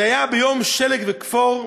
זה היה ביום שלג וכפור,